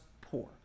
poor